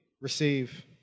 receive